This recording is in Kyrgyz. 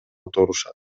турушат